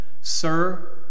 sir